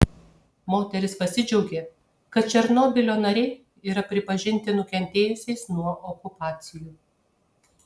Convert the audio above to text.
moteris pasidžiaugė kad černobylio nariai yra pripažinti nukentėjusiais nuo okupacijų